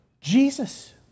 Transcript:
Jesus